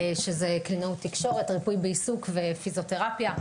שזה קלינאות תקשורת, ריפוי בעיסוק ופיזיותרפיה.